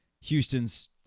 Houston's